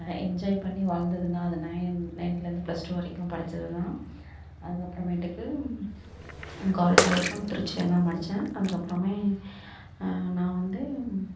enjoy பண்ணி வாழ்ந்ததுன்னா அது நயன் நயன்த்துலேருந்து ப்ளஸ் டூ வரைக்கும் படிச்சது தான் அதுக்கப்புறமேட்டுக்கு காலேஜ் லைஃபும் திருச்சிலே தான் படிச்சேன் அதுக்கப்புறமே நான் வந்து